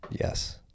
Yes